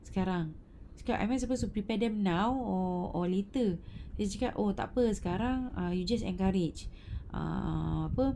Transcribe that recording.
sekarang seka~ am I supposed to prepare them now or or later lepas cakap oh sekarang you just encourage err apa